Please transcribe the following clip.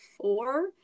four